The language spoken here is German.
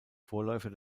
vorläufer